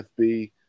FB